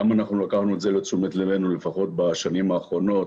לקחנו את זה לתשומת ליבנו לפחות בשנים האחרונות